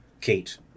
Kate